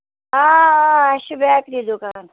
آ آ اَسہِ چھِ بیٚکری دُکان